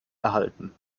erhalten